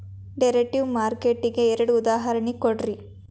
derivative market ಗೆ ಎರಡ್ ಉದಾಹರ್ಣಿ ಕೊಡ್ರಿ